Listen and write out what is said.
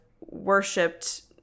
worshipped